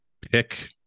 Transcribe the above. pick